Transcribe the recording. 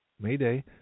Mayday